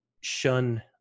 shun